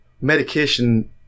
medication